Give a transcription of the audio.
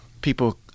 People